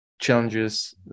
challenges